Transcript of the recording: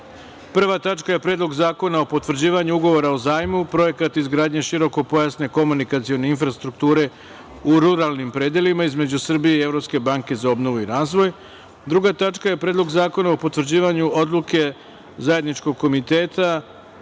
Prva tačka je Predlog zakona o potvrđivanju Ugovora o zajmu (Projekat izgradnje širokopojasne komunikacione infrastrukture u ruralnim predelima) između Srbije i Evropske banke za obnovu i razvoj, druga tačka je Predlog zakona o potvrđivanju Odluke Zajedničkog komiteta,